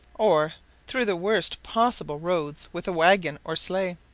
or through the worst possible roads with a waggon or sleigh.